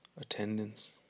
Attendance